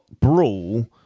brawl